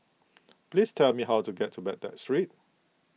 please tell me how to get to Baghdad Street